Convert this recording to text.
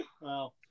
Wow